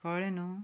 कळ्ळें न्हय